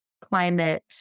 climate